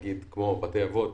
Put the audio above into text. כמו בתי אבות,